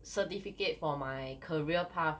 certificate for my career path